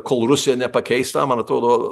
kol rusija nepakeis tą man atrodo